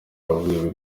ahavuye